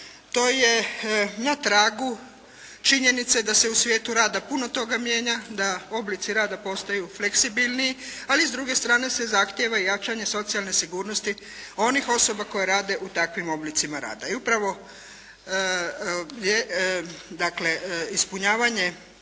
To je na tragu činjenice da se u svijetu rada puno toga mijenja, da oblici rada postaju fleksibilni, ali i s druge strane se zahtjeva i jačanje socijalne sigurnosti onih osoba koje rade u takvim oblicima rada. I upravo je, dakle, ispunjavanje,